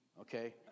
okay